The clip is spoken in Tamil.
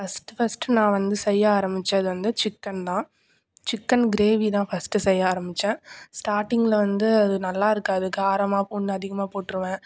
ஃபஸ்ட் ஃபஸ்ட் நான் வந்து செய்ய ஆரம்பிச்சது வந்து சிக்கன் தான் சிக்கன் க்ரேவி தான் ஃபஸ்ட்டு செய்ய ஆரம்பிச்சேன் ஸ்டாட்டிங்கில் வந்து அது நல்லா இருக்காது காரமாக ஒன்று அதிகமாக போட்டுருவேன்